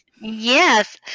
Yes